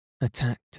attacked